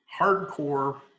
hardcore